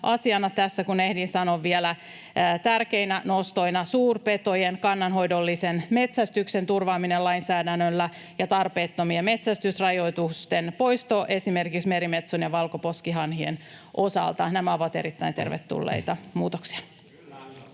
tässä kun ehdin, otan tärkeinä nostoina suurpetojen kannanhoidollisen metsästyksen turvaamisen lainsäädännöllä ja tarpeettomien metsästysrajoitusten poiston esimerkiksi merimetson ja valkoposkihanhien osalta. Nämä ovat erittäin tervetulleita muutoksia.